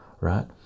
right